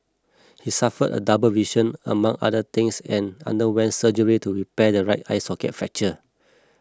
he suffered a double vision among other things and underwent surgery to repair the right eye socket fracture